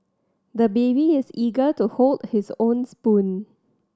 the baby is eager to hold his own spoon